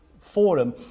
forum